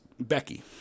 Becky